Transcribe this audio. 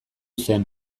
zen